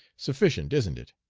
sufficient, isn't it?